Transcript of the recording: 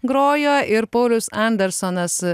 grojo ir paulius andersonas